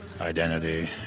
identity